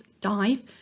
dive